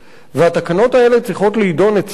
והתקנות האלה צריכות להידון אצלנו,